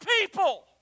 people